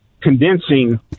condensing